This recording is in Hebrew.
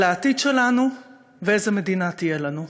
אלא העתיד שלנו ואיזו מדינה תהיה לנו.